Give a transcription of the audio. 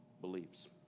beliefs